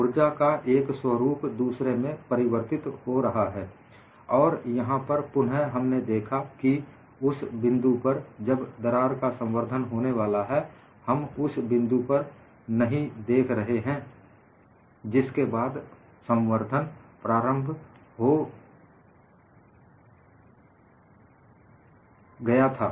ऊर्जा का एक स्वरूप दूसरे में परिवर्तित हो रहा है और यहां पर पुन हमने देखा कि उस बिंदु पर जब दरार का संवर्धन होने वाला है हम उस बिंदु पर नहीं देख रहे हैं जिसके बाद संवर्धन प्रारंभ हो गया था